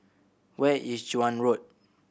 where is Joan Road